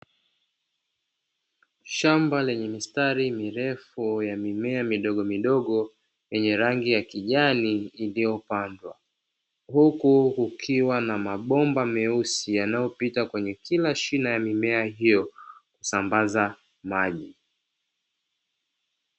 Shamba lenye mistari mirefu ya mimea midogo midogo yenye rangi ya kijani, iliyopandwa huku kukiwa na mambo meusi yanayopita kwenye kila shina la mimea hiyo kusambaza maji.